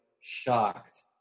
shocked